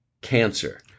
cancer